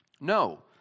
No